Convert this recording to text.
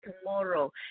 tomorrow